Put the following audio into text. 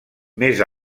més